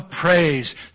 praise